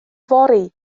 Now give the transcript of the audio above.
fory